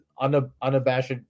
unabashed